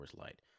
Light